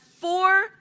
four